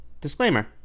Disclaimer